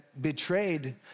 betrayed